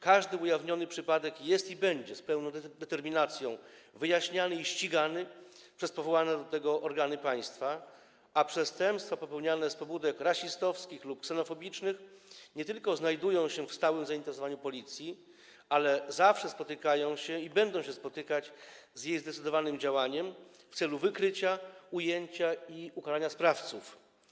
Każdy ujawniony taki przypadek jest i będzie z pełną determinacją wyjaśniany i ścigany przez powołane do tego organy państwa, a przestępstwa popełniane z pobudek rasistowskich lub ksenofobicznych nie tylko znajdują się w stałym zainteresowaniu Policji, ale zawsze spotykają się i będą się spotykać z jej zdecydowanym działaniem w celu wykrycia, ujęcia i ukarania sprawców.